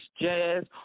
jazz